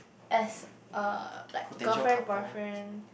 as a like girlfriend boyfriend